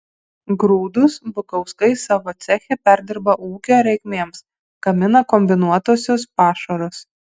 grūdus bukauskai savo ceche perdirba ūkio reikmėms gamina kombinuotuosius pašarus